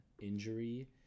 injury